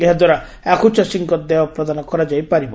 ଏହା ଦ୍ୱାରା ଆଖୁ ଚାଷୀଙ୍କ ଦେୟ ପ୍ରଦାନ କରାଯାଇପାରିବ